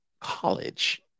college